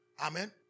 Amen